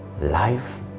life